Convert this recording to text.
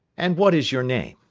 and what is your name?